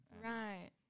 Right